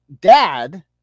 dad